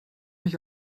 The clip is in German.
mich